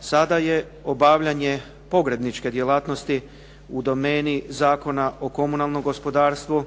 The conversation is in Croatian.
Sada je obavljanje pogrebničke djelatnosti u domeni Zakona o komunalnom gospodarstvu